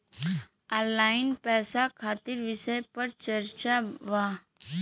Online पैसा खातिर विषय पर चर्चा वा?